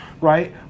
right